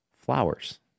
Flowers